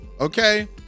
Okay